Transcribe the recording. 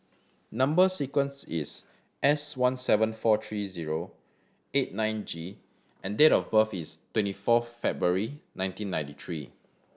number sequence is S one seven four three zero eight nine G and date of birth is twenty four February nineteen ninety three